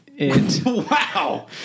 Wow